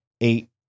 eight